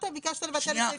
ביקשת לבטל את סעיף קטן (ד).